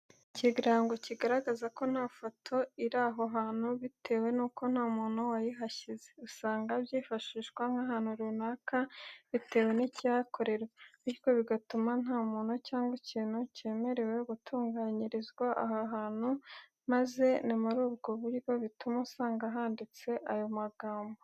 Ni ikirango kigaragaza ko nta foto iri aho hantu bitewe nuko nta muntu wayihashyize usanga byifashishwa nk'ahantu runaka bitewe nikihakorerwa, bityo bigatuma nta muntu cyangwa ikintu cyemerewe gutunganyirizwa aha hantu maze ni muri ubwovburyo bituma usanga handitse ayo magambo.